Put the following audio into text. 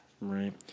Right